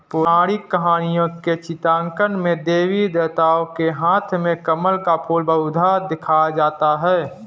पौराणिक कहानियों के चित्रांकन में देवी देवताओं के हाथ में कमल का फूल बहुधा दिखाया जाता है